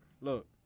look